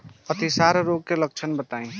अतिसार रोग के लक्षण बताई?